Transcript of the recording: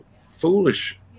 foolish